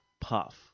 puff